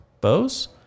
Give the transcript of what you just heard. Bose